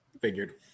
Figured